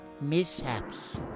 Mishaps